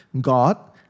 God